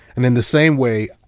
and in the same way,